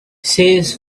says